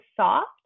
soft